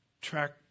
track